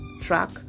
track